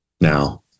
Now